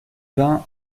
bain